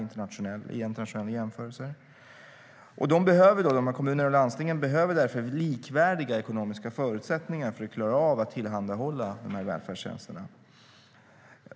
För att klara av att tillhandahålla välfärdstjänsterna behöver kommunerna och landstingen därför likvärdiga ekonomiska förutsättningar.